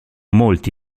molti